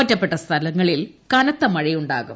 ഒറ്റപ്പെട്ട സ്ഥലങ്ങളിൽ കനത്ത മഴയുണ്ടാകും